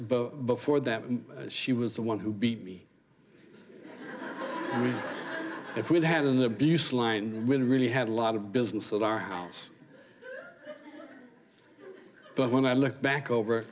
both before that she was the one who beat me if we'd had in the abuse line we really had a lot of business at our house but when i look back over